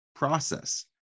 Process